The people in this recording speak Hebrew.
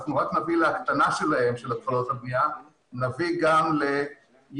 אנחנו רק נביא להקטנת התחלות הבנייה ונביא גם לייקור